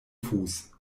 fuß